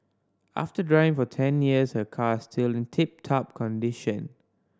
after driving for ten years her car is still in tip top condition